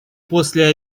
после